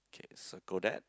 okay circle that